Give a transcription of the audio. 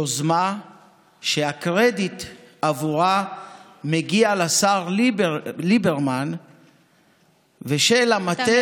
יוזמה שהקרדיט עבורה מגיע לשר ליברמן ולמטה,